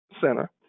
Center